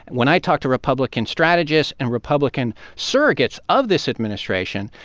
when i talk to republican strategists and republican surrogates of this administration,